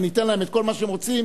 וניתן להם את כל מה שהם רוצים,